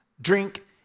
drink